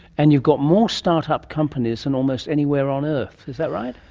and you've got more start-up companies than almost anywhere on earth, is that right?